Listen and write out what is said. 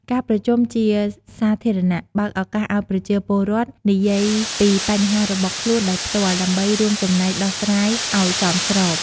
ការប្រជុំជាសាធារណៈ បើកឱកាសឲ្យប្រជាពលរដ្ឋនិយាយពីបញ្ហារបស់ខ្លួនដោយផ្ទាល់ ដើម្បីរួមចំណែកដោះស្រាយឲ្យសមស្រប។